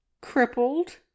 crippled